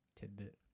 tidbit